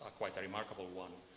quite a remarkable one.